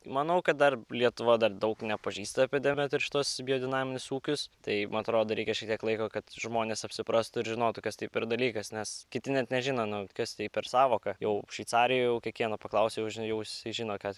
manau kad dar lietuva dar daug nepažįsta apie demetr šituos biodinaminius ūkius tai man atrodo reikia šitiek laiko kad žmonės apsiprastų ir žinotų kas taip per dalykas nes kiti net nežino nu kas tai per sąvoka jau šveicarijoj jau kiekvieno paklausiau žinai jau jisai žino ką